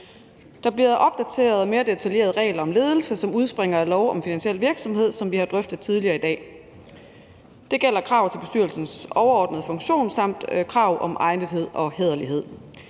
Der bliver opdateret mere detaljerede regler om ledelse, som udspringer af lov om finansiel virksomhed, som vi har drøftet tidligere i dag. Det gælder krav til bestyrelsens overordnede funktion samt krav om egnethed og hæderlighed.